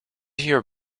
your